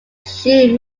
shoe